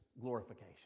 glorification